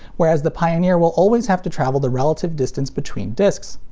whereas the pioneer will always have to travel the relative distance between discs.